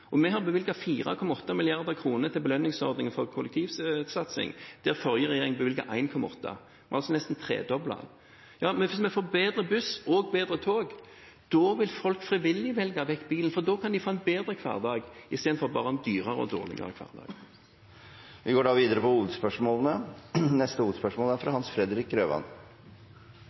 og vi har bevilget 4,8 mrd. kr til belønningsordningen for kollektivsatsing der forrige regjering bevilget 1,8 mrd. kr; vi har altså nesten tredoblet den – hvis vi får bedre buss og bedre tog, da vil folk frivillig velge vekk bilen, for da kan de få en bedre hverdag istedenfor en dyrere og dårligere hverdag. Vi går videre til neste hovedspørsmål.